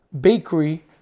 bakery